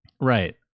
Right